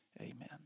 Amen